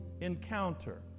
encounter